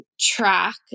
track